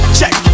Check